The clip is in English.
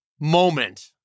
moment